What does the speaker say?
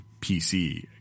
PC